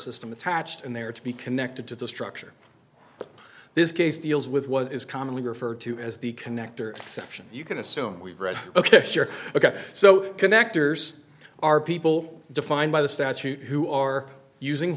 system attached and they are to be connected to the structure this case deals with what is commonly referred to as the connector exception you can assume we've read ok ok so connectors are people defined by the statute who are using